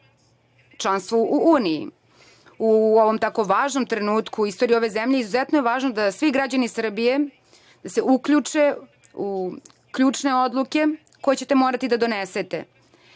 članstvu u Uniji. U ovom tako važnom trenutku u istoriji ove zemlje, izuzetno je važno da se svi građani Srbije uključe u ključne odluke koje ćete morati da donesete.